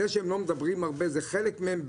זה שהם לא מדברים הרבה זה חלק מהם,